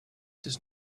does